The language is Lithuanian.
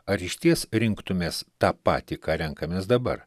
ar išties rinktumėmės tą patį ką renkamės dabar